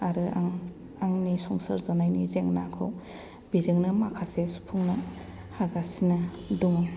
आरो आं आंनि संसार जानायनि जेंनाखौ बेजोंनो माखासे सुफुंनो हागासिनो दङ